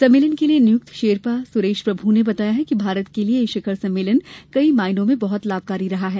सम्मेलन के लिए नियुक्त शेरपा सुरेश प्रभु ने बताया कि भारत के लिए यह शिखर सम्मेलन कई मायनों में बहुत लाभकारी रहा है